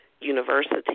University